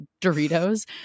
Doritos